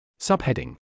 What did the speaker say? Subheading